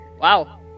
Wow